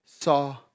saw